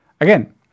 again